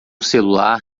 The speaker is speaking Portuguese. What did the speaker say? celular